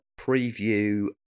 preview